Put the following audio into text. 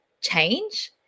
change